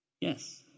Yes